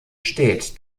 steht